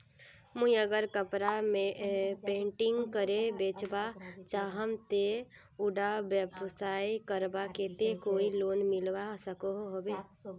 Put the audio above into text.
मुई अगर कपड़ा पेंटिंग करे बेचवा चाहम ते उडा व्यवसाय करवार केते कोई लोन मिलवा सकोहो होबे?